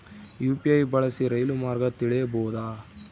UPI ಬಳಸಿ ರೈಲು ಮಾರ್ಗ ತಿಳೇಬೋದ?